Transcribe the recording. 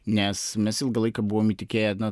nes mes ilgą laiką buvom įtikėję na